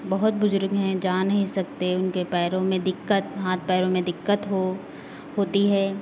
बहुत बुजुर्ग हैं जा नहीं सकते उनके पैरों में दिक्कत हाथ पैरों में दिक्कत हो होती है